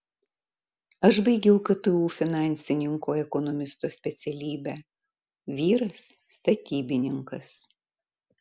aš baigiau ktu finansininko ekonomisto specialybę vyras statybininkas